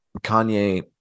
Kanye